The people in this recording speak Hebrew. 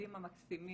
ולתלמידים המקסימים.